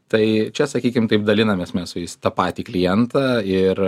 tai čia sakykim taip dalinamės mes su jais tą patį klientą ir